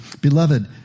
Beloved